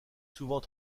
souvent